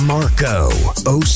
Marco